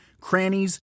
crannies